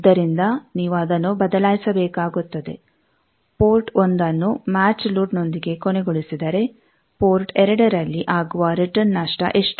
ಆದ್ದರಿಂದ ನೀವು ಅದನ್ನು ಬದಲಾಯಿಸಬೇಕಾಗುತ್ತದೆ ಪೋರ್ಟ್ 1ನ್ನು ಮ್ಯಾಚ್ ಲೋಡ್ನೊಂದಿಗೆ ಕೊನೆಗೊಳಿಸಿದರೆ ಪೋರ್ಟ್2ರಲ್ಲಿ ಆಗುವ ರಿಟರ್ನ್ ನಷ್ಟ ಎಷ್ಟು